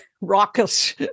raucous